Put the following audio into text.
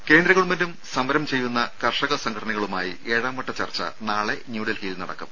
രംഭ കേന്ദ്ര ഗവൺമെന്റും സമരം ചെയ്യുന്ന കർഷക സംഘടനകളുമായി ഏഴാംവട്ട ചർച്ച നാളെ ന്യൂഡൽഹിയിൽ നടക്കും